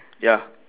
ya